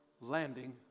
landing